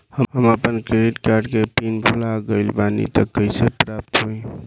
हम आपन credit card के पिन भुला गइल बानी त कइसे प्राप्त होई?